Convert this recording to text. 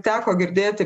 teko girdėti